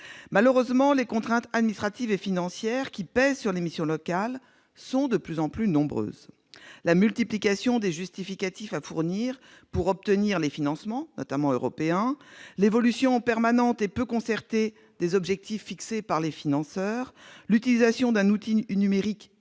Malheureusement, les contraintes administratives et financières pesant sur les missions locales sont de plus en plus nombreuses. La multiplication des justificatifs à fournir pour obtenir les financements, notamment européens, l'évolution permanente et peu concertée des objectifs fixés par les financeurs et l'utilisation d'un outil numérique i-milo